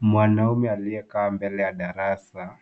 Mwanaume aliyekaa mbele ya darasa